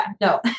no